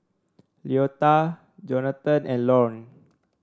Leota Jonatan and Lorne